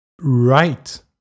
right